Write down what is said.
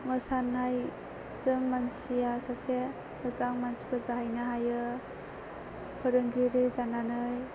मोसानाय जों मानसिया सासे मोजां मानसिबो जाहैनो हायो फोरोंगिरि जानानै